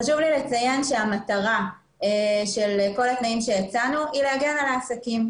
חשוב לי לציין שהמטרה של כל התנאים שהצענו היא להגן על העסקים.